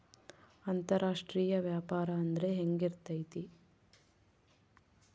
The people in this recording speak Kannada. ಅಂತರಾಷ್ಟ್ರೇಯ ವ್ಯಾಪಾರ ಅಂದ್ರೆ ಹೆಂಗಿರ್ತೈತಿ?